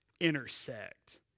intersect